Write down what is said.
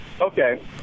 Okay